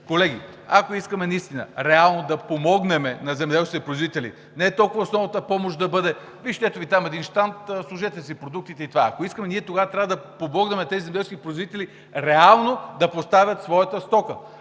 Колеги, ако искаме наистина реално да помогнем на земеделските производители, не толкова основната помощ да бъде – вижте, ето Ви там един щанд, сложете си продуктите, и това е. Ако искаме, ние тогава трябва да помогнем на тези земеделски производители реално да поставят своята стока.